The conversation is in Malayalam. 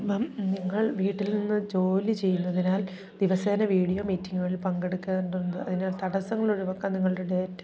അപ്പം നിങ്ങൾ വീട്ടിൽ നിന്ന് ജോലി ചെയ്യുന്നതിനാൽ ദിവസേന വീഡിയോ മീറ്റിങ്ങുകളിൽ പങ്കെടുക്കേണ്ടതുണ്ട് അതിനാൽ തടസ്സങ്ങൾ ഒഴിവാക്കാൻ നിങ്ങളുടെ ഡേറ്റ്